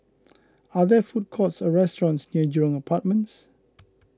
are there food courts or restaurants near Jurong Apartments